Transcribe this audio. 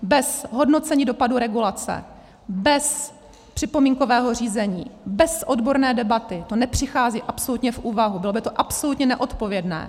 Bez hodnocení dopadů regulace, bez připomínkového řízení, bez odborné debaty nepřichází absolutně v úvahu, bylo by to absolutně neodpovědné.